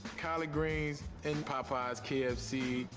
collard greens and popeye's, kfc,